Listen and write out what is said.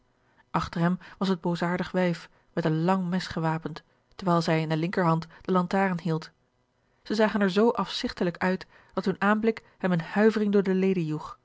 achter hem was het boosaardige wijf met een lang mes gewapend terwijl zij in de linkerhand de lantaarn hield zij zagen er zoo afzigtelijk uit dat hun aanblik hem eene huivering door de leden